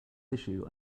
issue